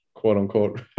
quote-unquote